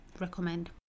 recommend